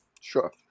Sure